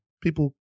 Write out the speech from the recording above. people